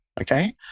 Okay